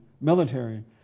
military